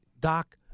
Doc